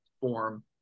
form